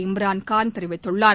இம்ரான் கான் தெரிவித்துள்ளார்